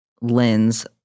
lens